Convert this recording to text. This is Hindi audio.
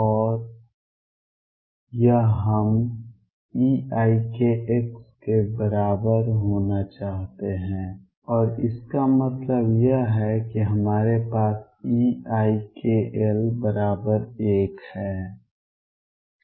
और यह हम eikx के बराबर होना चाहते हैं और इसका मतलब यह है कि हमारे पास eikL1 है